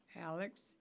Alex